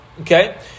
okay